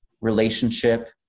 relationship